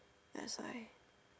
that's why